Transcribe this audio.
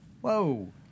Whoa